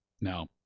now